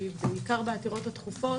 כי בעיקר בעתירות הדחופות,